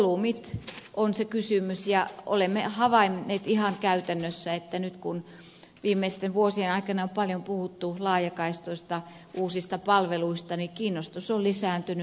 volyymit on se kysymys ja olemme havainneet ihan käytännössä että nyt kun viimeisten vuosien aikana on paljon puhuttu laajakaistoista uusista palveluista niin kiinnostus on lisääntynyt